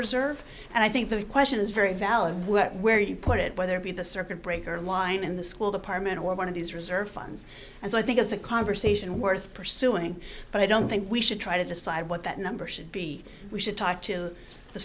reserve and i think the question is very valid where you put it whether it be the circuit breaker line in the school department or one of these reserve funds as i think is a conversation worth pursuing but i don't think we should try to decide what that number should be we should talk to the